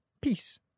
peace